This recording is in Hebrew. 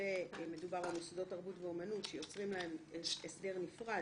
ומדובר על מוסדות תרבות ואמנות שיוצרים להם הסדר נפרד,